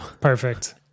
Perfect